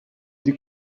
die